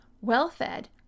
Well-fed